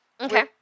Okay